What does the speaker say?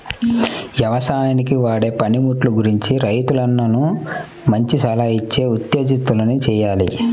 యవసాయానికి వాడే పనిముట్లు గురించి రైతన్నలను మంచి సలహాలిచ్చి ఉత్తేజితుల్ని చెయ్యాలి